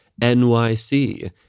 NYC